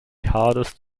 hardest